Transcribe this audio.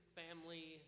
family